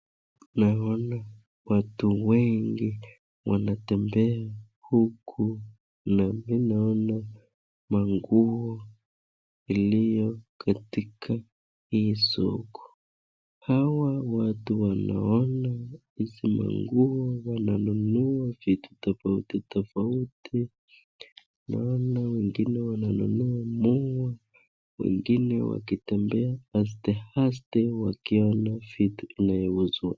Naona watu wengi wanatembea huku naona manguo iliyo katika hii soko. Hawa watu wanaona hizi manguo wananunua vitu tofauti tofauti. Naona wengine wananunua miwa wengine wakitembea aste aste wakiona vitu inayo uuzwa.